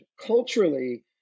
Culturally